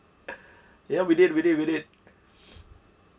ya we did we did we did